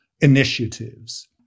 initiatives